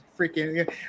freaking